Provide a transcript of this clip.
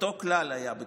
אותו כלל היה בתוקף.